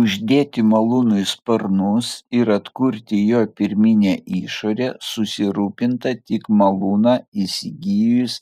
uždėti malūnui sparnus ir atkurti jo pirminę išorę susirūpinta tik malūną įsigijus